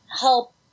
help